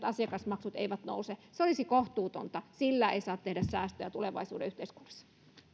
asiakasmaksut eivät nouse se olisi kohtuutonta eikä sillä saa tehdä säästöjä tulevaisuuden yhteiskunnassa